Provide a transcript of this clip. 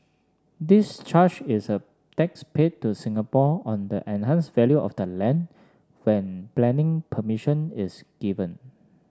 this charge is a tax paid to Singapore on the enhanced value of the land when planning permission is given